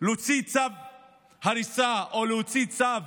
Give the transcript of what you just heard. להוציא צו הריסה, או להוציא צו